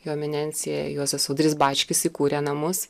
jo eminencija juozas audrys bačkis įkūrė namus